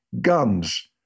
guns